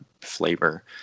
flavor